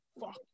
fuck